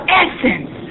essence